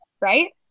right